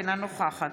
אינה נוכחת